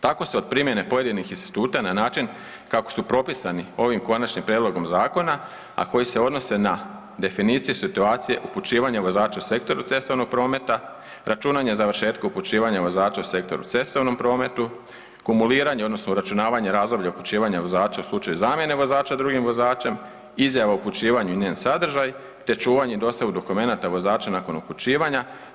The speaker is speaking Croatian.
Tako se od primjene pojedinih instituta na način kako su propisani ovim konačnim prijedlogom zakona, a koji se odnose na definiciju situacije upućivanja vozača sektoru cestovnog prometa, računanje završetka upućivanja vozača u sektoru cestovnom prometu, kumuliranje odnosno uračunavanje razdoblja upućivanja vozača u slučaju zamjene vozača drugim vozačem, izjava o upućivanju i njen sadržaj te čuvanje i dostavu dokumenata vozača nakon upućivanja.